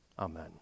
Amen